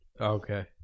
Okay